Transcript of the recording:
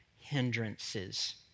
hindrances